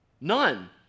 None